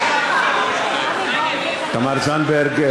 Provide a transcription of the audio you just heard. תמר זנדברג,